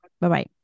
Bye-bye